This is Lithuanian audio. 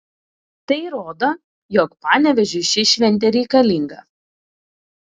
tai rodo jog panevėžiui ši šventė reikalinga